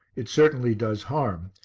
it certainly does harm,